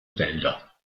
wälder